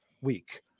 week